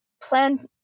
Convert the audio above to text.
plan